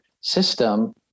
system